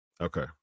Okay